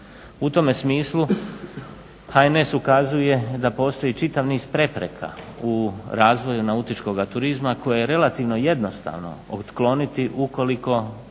U tome smislu HNS ukazuje da postoji čitav niz prepreka u razvoju nautičkoga turizma koje je relativno jednostavno otkloniti ukoliko